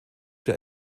der